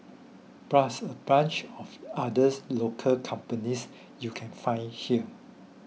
plus a bunch of others local companies you can find here